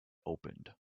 opened